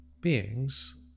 beings